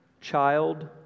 child